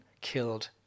killed